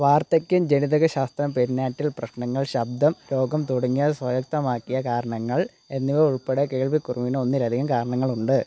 വാർദ്ധക്യം ജനിതകശാസ്ത്രം പെരിനാറ്റൽ പ്രശ്നങ്ങൾ ശബ്ദം രോഗം തുടങ്ങിയ സ്വായത്തമാക്കിയ കാരണങ്ങൾ എന്നിവ ഉൾപ്പെടെ കേൾവിക്കുറവിന് ഒന്നിലധികം കാരണങ്ങളുണ്ട്